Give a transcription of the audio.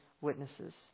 witnesses